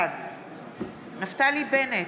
נגד נפתלי בנט,